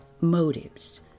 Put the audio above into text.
motives